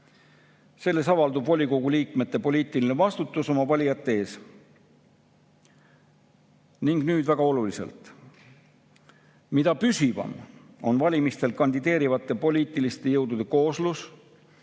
Selles avaldub volikogu liikmete poliitiline vastutus oma valijate ees."" Ning nüüd väga oluline koht: "Mida püsivam on valimistel kandideerivate poliitiliste jõudude kooslus,